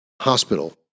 hospital